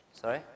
Sorry